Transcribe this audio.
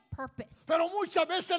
purpose